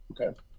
Okay